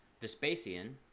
Vespasian